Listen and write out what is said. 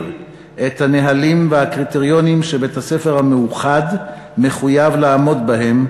את הנהלים והקריטריונים שבית-הספר המאוחד מחויב לעמוד בהם,